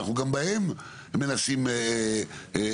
אנחנו גם בהם מנסים לגעת.